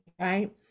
right